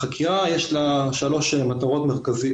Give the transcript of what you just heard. לחקירה יש שלוש מטרות מרכזיות.